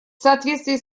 соответствии